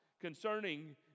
Concerning